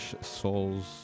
Souls